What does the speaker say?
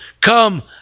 come